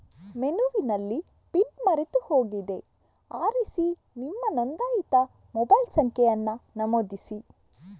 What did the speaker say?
ಮೆನುವಿನಲ್ಲಿ ಪಿನ್ ಮರೆತು ಹೋಗಿದೆ ಆರಿಸಿ ನಿಮ್ಮ ನೋಂದಾಯಿತ ಮೊಬೈಲ್ ಸಂಖ್ಯೆಯನ್ನ ನಮೂದಿಸಿ